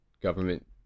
government